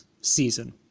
season